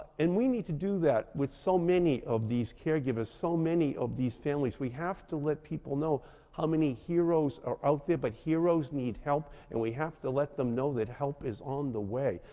and we need to do that with so many of these caregivers, so many of these families. we have to let people know how many heroes are out there, but heroes need help, and we have to let them know that help is on the way,